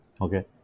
Okay